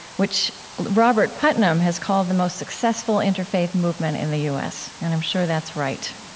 which robert putnam has called the most successful interfaith movement in the u s. and i'm sure that's right